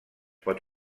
pot